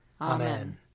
Amen